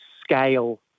scale